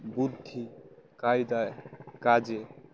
বুদ্ধি কায়দায় কাজে